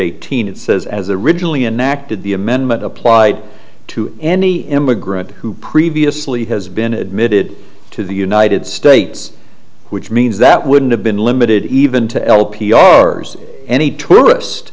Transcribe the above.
eighteen it says as a rigidly enacted the amendment applied to any immigrant who previously has been admitted to the united states which means that wouldn't have been limited even to l p r any tourist